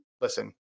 listen